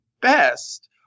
Best